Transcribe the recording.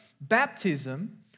baptism